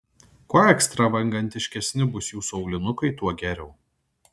kuo ekstravagantiškesni bus jūsų aulinukai tuo geriau